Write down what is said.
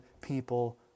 people